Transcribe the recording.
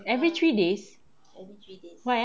every three days why ah